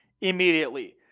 immediately